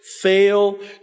fail